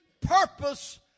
purpose